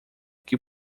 que